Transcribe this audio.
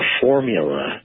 formula